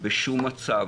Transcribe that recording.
בשום מצב.